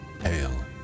Hail